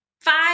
five